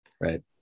right